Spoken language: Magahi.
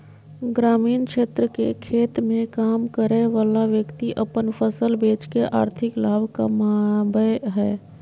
ग्रामीण क्षेत्र के खेत मे काम करय वला व्यक्ति अपन फसल बेच के आर्थिक लाभ कमाबय हय